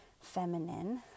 feminine